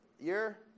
year